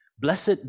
Blessed